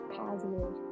positive